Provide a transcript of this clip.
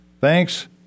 Thanks